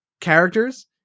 characters